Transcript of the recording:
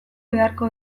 beharko